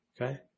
Okay